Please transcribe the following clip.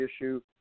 issue